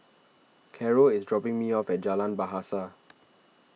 Carroll is dropping me off at Jalan Bahasa